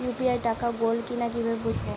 UPI টাকা গোল কিনা কিভাবে বুঝব?